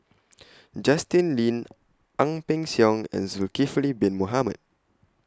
Justin Lean Ang Peng Siong and Zulkifli Bin Mohamed